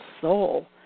soul